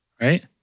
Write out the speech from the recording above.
right